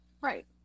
Right